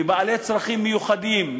לבעלי צרכים מיוחדים,